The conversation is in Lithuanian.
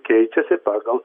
keičiasi pagal